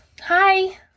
Hi